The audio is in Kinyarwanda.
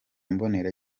mbonera